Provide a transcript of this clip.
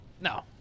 No